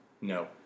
No